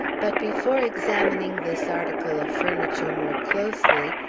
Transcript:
but before examining this article of furniture more closely,